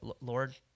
Lord